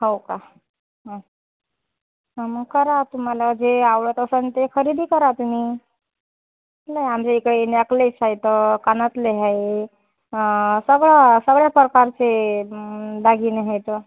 हो का हं मग करा तुम्हाला जे आवडत असेल ते खरेदी करा तुम्ही नाही आमच्या इकडे नेकलेस आहेत कानातले आहे सगळं सगळ्या प्रकारचे दागिने आहेत